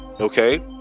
okay